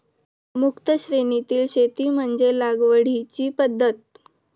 मुक्त श्रेणीतील शेती म्हणजे लागवडीची पद्धत